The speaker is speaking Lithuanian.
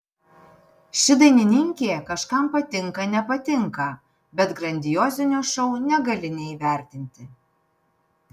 ši dainininkė kažkam patinka nepatinka bet grandiozinio šou negali neįvertinti